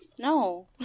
No